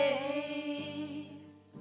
Days